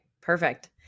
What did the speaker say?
perfect